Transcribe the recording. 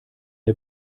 der